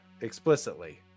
explicitly